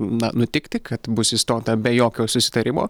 na nutikti kad bus išstota be jokio susitarimo